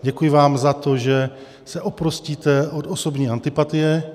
Děkuji vám za to, že se oprostíte od osobní antipatie.